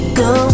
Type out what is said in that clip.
go